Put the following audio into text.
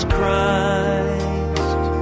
Christ